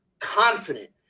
confident